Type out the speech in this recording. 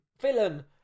Villain